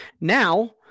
now